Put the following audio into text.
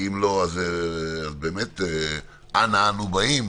כי אם לא אז באמת אנה אנו באים,